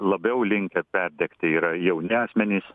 labiau linkę perdegti yra jauni asmenys